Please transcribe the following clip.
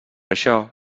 això